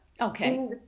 Okay